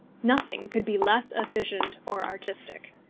nothing could be less efficient or artistic.